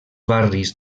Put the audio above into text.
barris